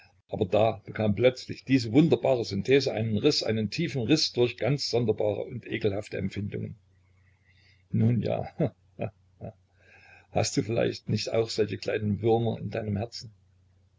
aber da bekam plötzlich diese wunderbare synthese einen riß einen tiefen riß durch ganz sonderbare und ekelhafte empfindungen nun ja he he hast du vielleicht nicht auch solche kleinen würmer in deinem herzen